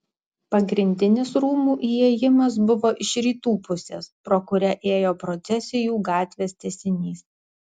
pagrindinis rūmų įėjimas buvo iš rytų pusės pro kurią ėjo procesijų gatvės tęsinys